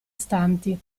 stanti